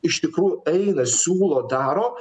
iš tikrųjų eina siūlo daro